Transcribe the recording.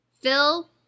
Phil